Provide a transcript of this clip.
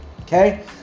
okay